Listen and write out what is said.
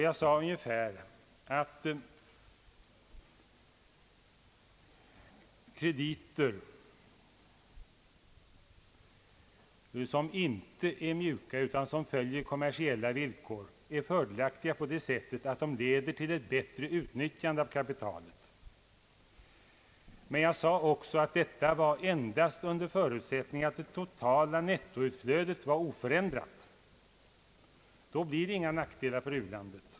Jag sade ungefär att krediter som inte är mjuka utan som följer kommersiella villkor är fördelaktiga på det sättet att de leder till ett bättre utnyttjande av kapitalet. Men jag sade också att detta endast var under förutsättning att det totala nettoutflödet var oförändrat. Då blir det inga nackdelar för u-landet.